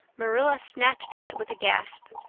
marilla snatched at it with a gasp.